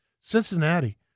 Cincinnati